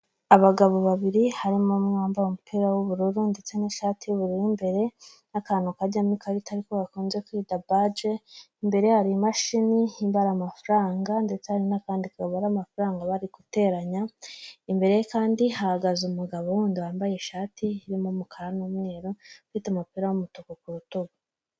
Abagabo babiri harimo umwe wambaye umupira w'ubururu ndetse n'ishati y'ubururu imbere, n'akantu kajyamo ikarita ari ko bakunze kwita baje, imbere ye hari imashini ibara amafaranga ndetse n'akandi kabara amafaranga bari guteranya, imbere ye kandi hahagaze umugabo wundi wambaye ishati irimo umukara n'umweru ufite umupira w'umutuku ku rutugu.